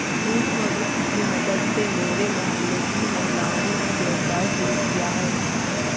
सूक्ष्म वित्त की मदद से मेरे मोहल्ले की महिलाओं ने व्यवसाय शुरू किया है